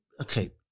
okay